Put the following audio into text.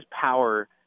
power